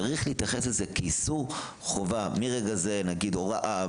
צריך להתייחס לזה כאיסור חובה מרגע נגיד הוראה